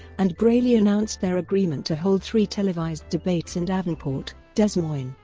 and braley announced their agreement to hold three televised debates in davenport, des moines,